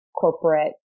corporate